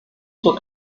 zur